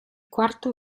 quarto